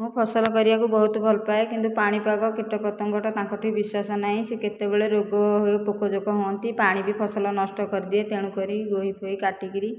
ମୁଁ ଫସଲ କରିବାକୁ ବହୁତ ଭଲପାଏ କିନ୍ତୁ ପାଣିପାଗ କୀଟପତଙ୍ଗ ତାଙ୍କଠି ବିଶ୍ୱାସ ନାହିଁ ସେ କେତେବେଳେ ରୋଗ ହୋଇ ପୋକଜୋକ ହୁଅନ୍ତି ପାଣି ବି ଫସଲ ନଷ୍ଟ କରିଦିଏ ତେଣୁକରି ଗୋହି ଫୋହି କାଟିକିରି